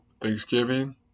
Thanksgiving